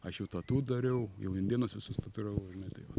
aš jau tatū dariau jau indėnus visus tatuiravau žinai tai va